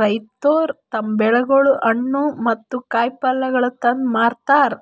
ರೈತುರ್ ತಮ್ ಬೆಳಿಗೊಳ್, ಹಣ್ಣ ಮತ್ತ ಕಾಯಿ ಪಲ್ಯಗೊಳ್ ತಂದು ಮಾರತಾರ್